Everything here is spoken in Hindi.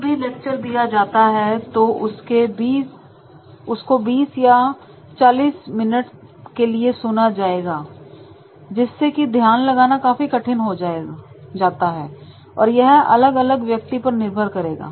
जब भी लेक्चर दिया जाता है तो उसको 20 या 40 मिनट के लिए सुना जाएगा जिससे कि ध्यान लगाना काफी कठिन हो जाता है और यह अलग अलग व्यक्ति पर निर्भर करेगा